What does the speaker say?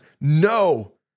No